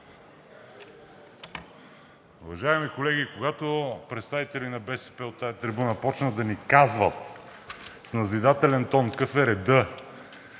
Уважаеми колеги, когато представители на БСП от тази трибуна започнат да ни казват с назидателен тон какъв е редът,